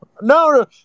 no